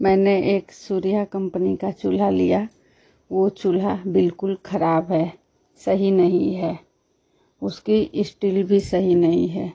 मैंने एक सूर्या कम्पनी का चूल्हा लिया वह चूल्हा बिल्कुल खराब है सही नहीं है उसकी इस्टिल भी सही नहीं है